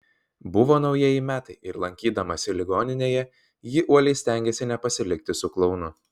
buvo naujieji metai ir lankydamasi ligoninėje ji uoliai stengėsi nepasilikti su klounu